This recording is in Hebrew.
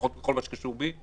לפחות בכל מה שקשור בי,